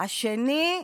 השני,